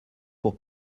pour